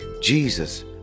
Jesus